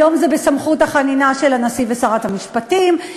היום זה בסמכות החנינה של הנשיא ושרת המשפטים,